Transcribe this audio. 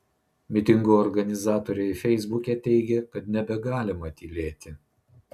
mitingo organizatoriai feisbuke teigė kad nebegalima tylėti